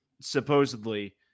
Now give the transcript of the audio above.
supposedly